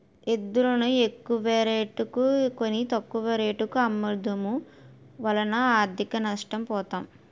ఎద్దులును ఎక్కువరేటుకి కొని, తక్కువ రేటుకు అమ్మడము వలన ఆర్థికంగా నష్ట పోతాం